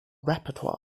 repertoire